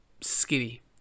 skinny